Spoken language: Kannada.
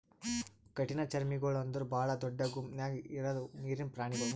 ಕಠಿಣಚರ್ಮಿಗೊಳ್ ಅಂದುರ್ ಭಾಳ ದೊಡ್ಡ ಗುಂಪ್ ನ್ಯಾಗ ಇರದ್ ನೀರಿನ್ ಪ್ರಾಣಿಗೊಳ್